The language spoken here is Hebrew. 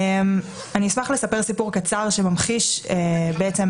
אני אשמח לספר סיפור קצר שממחיש איך